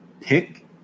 pick